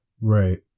Right